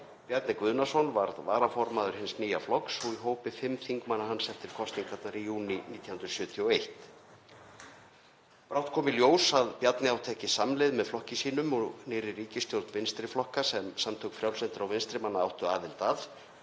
Bjarni Guðnason varð varaformaður hins nýja flokks og í hópi fimm þingmanna hans eftir kosningarnar í júní 1971. Brátt kom í ljós að Bjarni átti ekki samleið með flokki sínum og nýrri ríkisstjórn vinstri flokka, sem Samtök frjálslyndra og vinstri manna átti aðild að